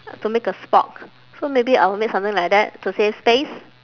to make a spork so maybe I will make something like that to save space